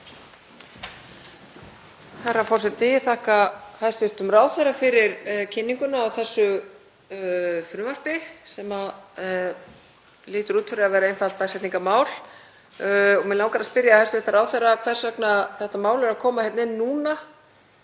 Herra forseti. Ég þakka hæstv. ráðherra fyrir kynninguna á þessu frumvarpi sem lítur út fyrir að vera einfalt dagsetningarmál. Mig langar að spyrja hæstv. ráðherra hvers vegna þetta mál er að koma hérna inn núna